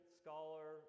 scholar